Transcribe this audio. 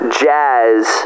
jazz